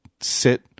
sit